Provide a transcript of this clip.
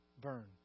burn